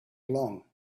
along